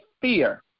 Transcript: fear